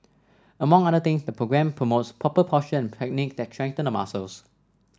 among other things the programme promotes proper postures and techniques that strengthen the muscles